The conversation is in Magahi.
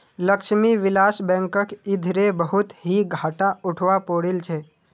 लक्ष्मी विलास बैंकक इधरे बहुत ही घाटा उठवा पो रील छे